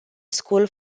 school